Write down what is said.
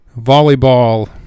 Volleyball